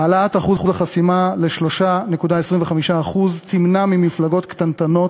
העלאת אחוז החסימה ל-3.25% תמנע ממפלגות קטנטנות